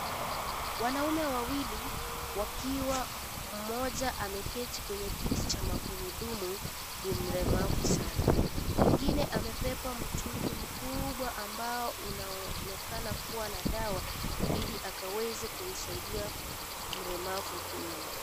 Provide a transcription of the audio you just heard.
Wanaume wawili wakiwa mmoja ameketi kwenye kiti cha magurudumu ni mlemavu sana. Mwengine amebeba mtungi mkubwa sana ambao unaonekana kuwa na dawa ili akaweze kumsaidia mlemavu huyu.